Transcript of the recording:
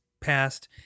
passed